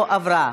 לא נתקבלה.